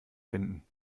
finden